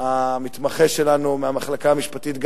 המתמחה שלנו מהמחלקה המשפטית גם,